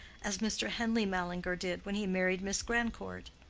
as mr. henleigh mallinger did when he married miss grandcourt.